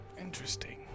Interesting